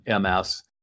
MS